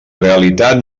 realitat